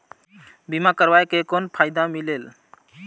बीमा करवाय के कौन फाइदा मिलेल?